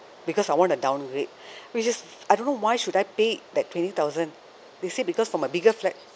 because I want a downgrade which is I don't know why should I pay that twenty thousand they say because from a bigger flat